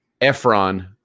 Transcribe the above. Efron